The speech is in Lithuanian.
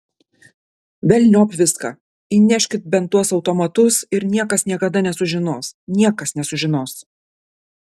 velniop viską įneškit bent tuos automatus ir niekas niekada nesužinos niekas nesužinos